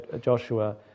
Joshua